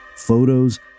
photos